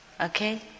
Okay